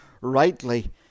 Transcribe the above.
rightly